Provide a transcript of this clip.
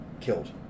killed